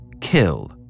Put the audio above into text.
kill